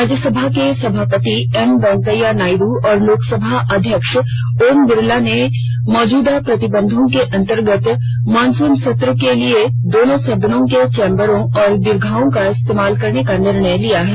राज्यसभा के सभापति एम वेंकैया नायड् और लोकसभा अध्यक्ष ओम बिरला ने मौजूदा प्रतिबंधों के अंतर्गत मॉनसून सत्र के लिए दोनों सदनों के चेम्बरों और दीर्घाओं का इस्तेमाल करने का निर्णय किया है